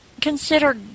consider